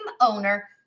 owner